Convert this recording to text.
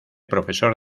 profesor